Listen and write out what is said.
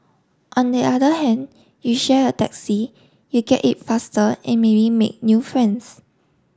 on the other hand you share a taxi you get it faster and maybe make new friends